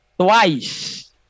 Twice